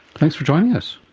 thanks for joining us.